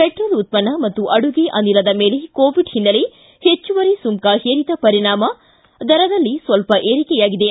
petrol ಉತ್ಪನ್ನ ಹಾಗೂ ಅಡುಗೆ ಅನಿಲದ ಮೇಲೆ ಕೋವಿಡ್ ಹಿನ್ನೆಲೆ ಹೆಚ್ಚುವರಿ ಸುಂಕ ಹೇರಿದ ಪರಿಣಾಮ ದರದಲ್ಲಿ ಸ್ವಲ್ಪ ಏರಿಕೆಯಾಗಿದೆ